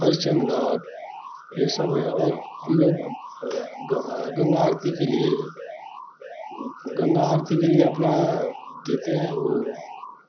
हरिश्चंद्र घाट यह सब हैं और हम लोग ग गंगा आरती के लिए गंगा आरती के लिए अपना देते हैं वह